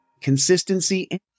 consistency